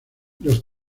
los